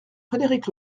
frédéric